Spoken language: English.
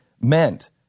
meant